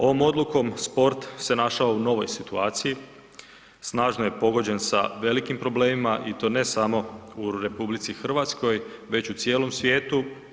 Ovom odlukom sport se našao u novoj situaciji, snažno je pogođen sa velikim problemima i to ne samo u RH, već u cijelom svijetu.